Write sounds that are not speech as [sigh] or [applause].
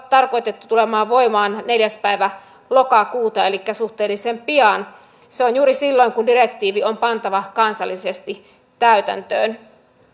[unintelligible] tarkoitettu tulemaan voimaan neljäs päivä lokakuuta elikkä suhteellisen pian se on juuri silloin kun direktiivi on pantava kansallisesti täytäntöön